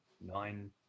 nine